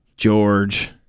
George